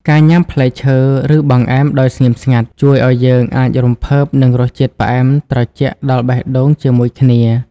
ការញ៉ាំផ្លែឈើ ឬបង្អែមដោយស្ងៀមស្ងាត់ ជួយឱ្យយើងអាចរំភើបនឹងរសជាតិផ្អែមត្រជាក់ដល់បេះដូងជាមួយគ្នា។